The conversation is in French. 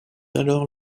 alors